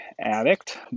addict